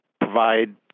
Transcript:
provide